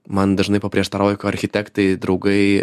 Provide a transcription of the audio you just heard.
man dažnai paprieštaraujaką architektai draugai